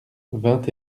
vingt